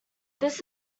this